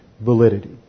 validity